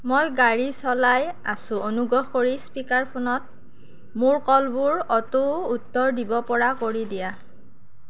মই গাড়ী চলাই আছোঁ অনুগ্ৰহ কৰি স্পীকাৰ ফ'নত মোৰ কলবোৰ অ'ট' উত্তৰ দিব পৰা কৰি দিয়া